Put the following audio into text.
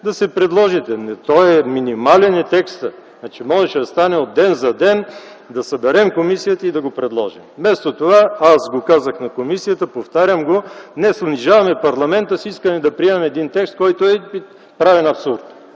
подход беше друг. Минимален е текстът, можеше да стане от ден за ден, да съберем комисията и да го предложим. Вместо това, аз го казах и на комисията, повтарям го, днес унижаваме парламента с искане да приемем един текст, който е правен абсурд,